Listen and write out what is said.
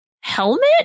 helmet